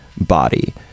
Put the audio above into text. body